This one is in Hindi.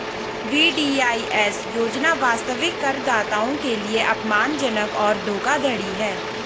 वी.डी.आई.एस योजना वास्तविक करदाताओं के लिए अपमानजनक और धोखाधड़ी है